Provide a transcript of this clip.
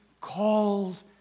called